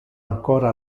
ancora